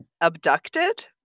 abducted